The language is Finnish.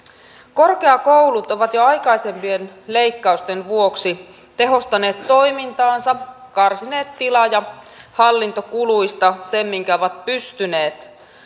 korkeakoulut ovat jo aikaisempien leikkausten vuoksi tehostaneet toimintaansa karsineet tila ja hallintokuluista sen minkä ovat pystyneet